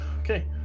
Okay